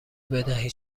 بدهید